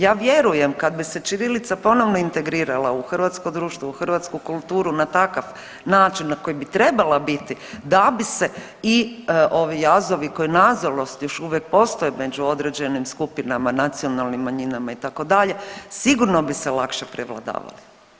Ja vjerujem kad bi se ćirilica ponovno integrirala u hrvatsko društvo, u hrvatsku kulturu na takav način na koji bi trebala biti da bi se i ovi jazovi koji nažalost još uvijek postoje među određenim skupinama, nacionalnim manjinama itd. sigurno bi se lakše prevladavali.